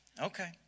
okay